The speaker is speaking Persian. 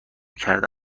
کرده